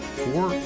four